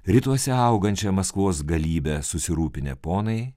rytuose augančią maskvos galybę susirūpinę ponai